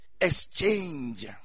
exchange